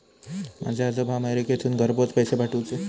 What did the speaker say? माझे आजोबा अमेरिकेतसून घरपोच पैसे पाठवूचे